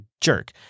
jerk